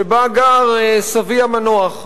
שבה גר סבי המנוח,